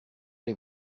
les